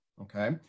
Okay